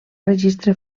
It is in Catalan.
registre